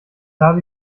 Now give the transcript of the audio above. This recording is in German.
habe